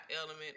element